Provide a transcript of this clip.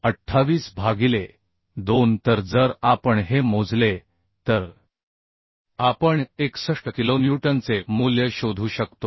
28 भागिले 2 तर जर आपण हे मोजले तर आपण 61 किलोन्यूटनचे मूल्य शोधू शकतो